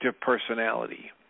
personality